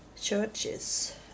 churches